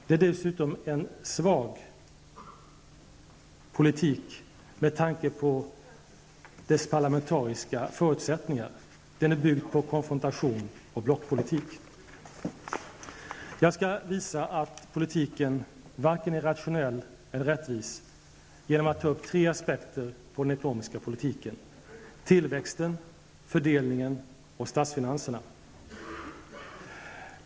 Det är dessutom en svag politik, med tanke på dess parlamentariska förutsättningar; den är byggd på konfrontation och blockpolitik. Jag skall visa att politiken varken är rationell eller rättvis genom att ta upp tre aspekter på den ekonomiska politiken: tillväxten, fördelningen och statsfinanserna.